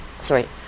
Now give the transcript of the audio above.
sorry